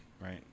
right